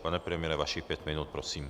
Pane premiére, vašich pět minut, prosím.